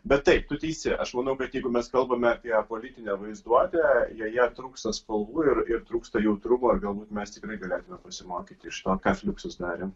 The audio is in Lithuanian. bet tai tu teisi aš manau kad jeigu mes kalbame apie politinę vaizduotę joje trūksta spalvų ir ir trūksta jautrumo ir galbūt mes tikrai galėtume pasimokyti iš kol ką fliuksus darė